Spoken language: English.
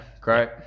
great